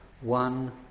one